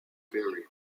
perry